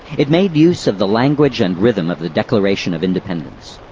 it made use of the language and rhythm of the declaration of independence